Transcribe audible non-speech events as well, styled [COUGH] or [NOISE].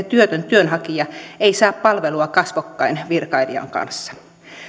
[UNINTELLIGIBLE] työtön työnhakija ei saa palvelua kasvokkain virkailijan kanssa